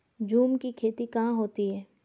झूम की खेती कहाँ होती है?